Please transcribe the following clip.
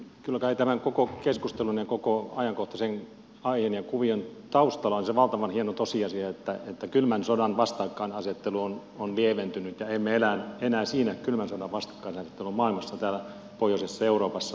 kyllä kai tämän koko keskustelun ja koko ajankohtaisen aiheen ja kuvion taustalla on se valtavan hieno tosiasia että kylmän sodan vastakkainasettelu on lieventynyt ja emme elä enää siinä kylmän sodan vastakkainasettelun maailmassa täällä pohjoisessa euroopassa